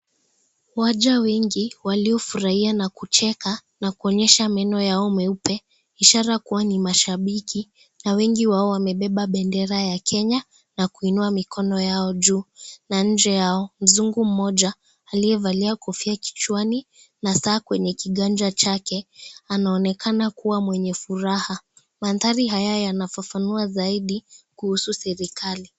Waja wengi waliofurahia na kucheka na kuonyesha meno yao meupe ishara kuwa ni mashabiki na wengi wao wamebeba bendera ya Kenya na kuinua mikono yao juu na nje yao ,mzungu mmoja aliyevalia kofia kichwani na saa kwenye kiganja chake anaonekana kuwa mwenye furaha, mandhari haya yanafafanua zaidi kuhusu serikali.